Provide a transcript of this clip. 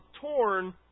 torn